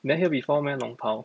never hear before meh 龙袍